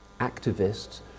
activists